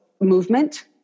movement